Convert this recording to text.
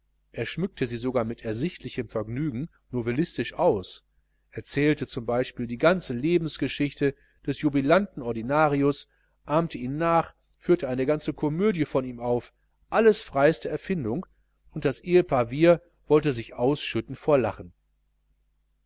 er schmückte sie sogar mit ersichtlichem vergnügen novellistisch ans erzählte z b die ganze lebensgeschichte des jubilanten ordinarius ahmte ihn nach führte eine ganze komödie von ihm auf alles freieste erfindung und das ehepaar wiehr wollte sich ausschütten vor lachen